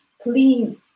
please